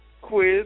quiz